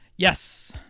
Yes